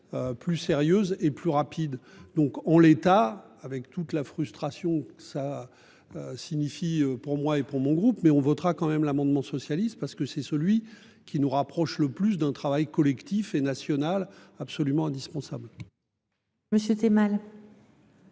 Plus sérieuse et plus rapide, donc en l'état avec toute la frustration ça. Signifie pour moi et pour mon groupe mais on votera quand même l'amendement socialiste parce que c'est celui qui nous rapproche le plus d'un travail collectif et national absolument indispensable. C'était mal.